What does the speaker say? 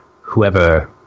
whoever